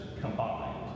combined